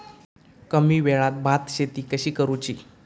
कमी वेळात भात शेती कशी करुची?